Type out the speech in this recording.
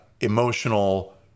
emotional